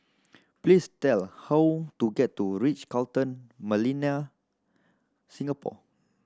please tell how to get to Ritz Carlton Millenia Singapore